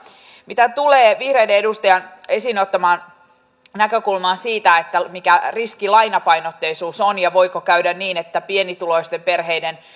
mitä tulee vihreiden edustajan esiin ottamaan näkökulmaan siitä mikä riski lainapainotteisuus on ja voiko käydä niin että pienituloisten perheiden